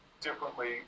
differently